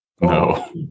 No